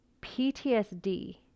PTSD